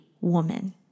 woman